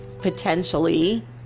potentially